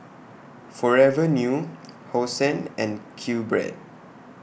Forever New Hosen and QBread